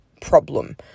problem